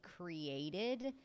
created